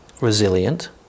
resilient